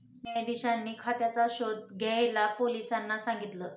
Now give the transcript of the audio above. न्यायाधीशांनी खात्याचा शोध घ्यायला पोलिसांना सांगितल